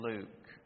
Luke